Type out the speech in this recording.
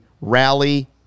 Rally